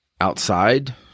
outside